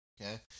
Okay